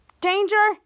Danger